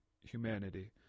humanity